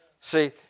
See